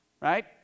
Right